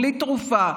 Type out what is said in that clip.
בלי תרופה.